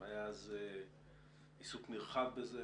אז היה עיסוק נרחב בזה.